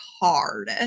hard